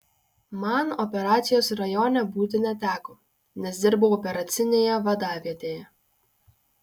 man operacijos rajone būti neteko nes dirbau operacinėje vadavietėje